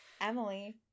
emily